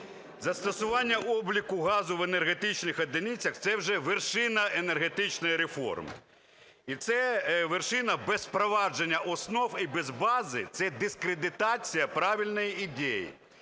Застосування обліку газу в енергетичних одиницях – це вже вершина енергетичної реформи. І ця вершина без впровадження основ і без бази – це дискредитація правильної ідеї.